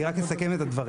אני רק אסכם את הדברים.